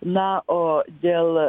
na o dėl